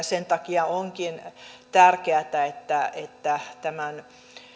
sen takia onkin tärkeätä että että tämän